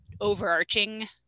overarching